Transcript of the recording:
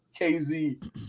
KZ